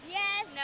yes